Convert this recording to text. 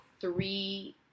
three